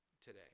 today